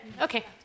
okay